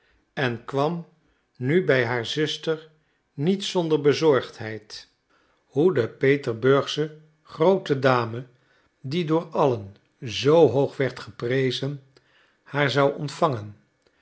en kwam nu bij haar zuster niet zonder bezorgdheid hoe de petersburgsche groote dame die door allen zoo hoog werd geprezen haar zou ontvangen